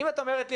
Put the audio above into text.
אם את אומרת לי,